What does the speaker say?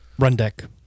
Rundeck